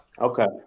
Okay